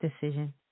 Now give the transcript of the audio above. decision